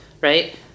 Right